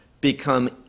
become